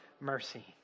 mercy